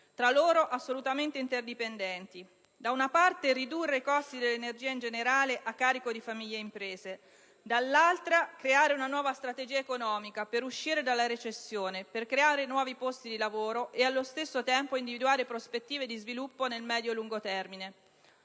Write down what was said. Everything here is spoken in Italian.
tra loro assolutamente interdipendenti: da una parte, ridurre i costi dell'energia in generale a carico di famiglie e imprese; dall'altra, creare una nuova strategia economica per uscire dalla recessione, per creare nuovi posti di lavoro e, allo stesso tempo, individuare prospettive di sviluppo nel medio-lungo termine.